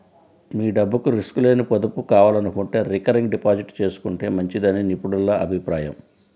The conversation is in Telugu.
మీ డబ్బుకు రిస్క్ లేని పొదుపు కావాలనుకుంటే రికరింగ్ డిపాజిట్ చేసుకుంటే మంచిదని నిపుణుల అభిప్రాయం